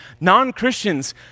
non-Christians